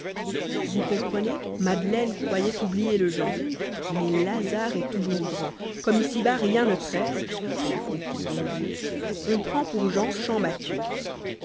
vous comprenez madeleine croyait oublié le jean mais l'hasard est toujours grand comme ici-bas rien ne traîne c'est la faute du bon dieu on prend pour